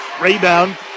Rebound